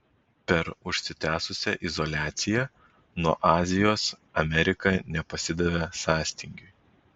per užsitęsusią izoliaciją nuo azijos amerika nepasidavė sąstingiui